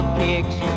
kicks